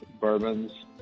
bourbons